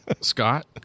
Scott